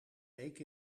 week